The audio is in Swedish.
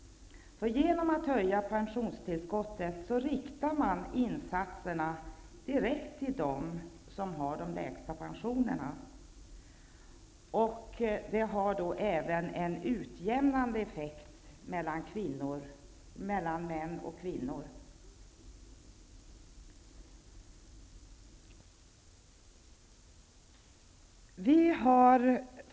Genom att höja pensionstillskottet riktar man insatserna direkt till dem som har de lägsta pensionerna. Detta har då även en utjämnande effekt på förhållandet mellan mäns och kvinnors pensioner.